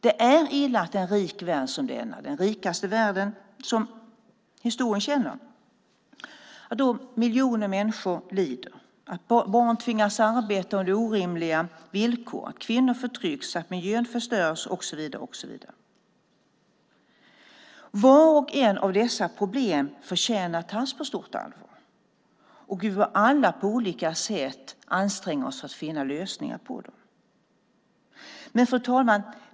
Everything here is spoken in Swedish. Det är illa i en rik värld som denna - den rikaste världen som historien känner - att miljoner människor lider, att barn tvingas arbeta under orimliga villkor, att kvinnor förtrycks, att miljön förstörs och så vidare. Vart och ett av dessa problem förtjänar att tas på stort allvar, och vi bör alla på olika sätt anstränga oss för att finna lösningar på dem. Fru talman!